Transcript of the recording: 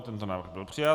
Tento návrh byl přijat.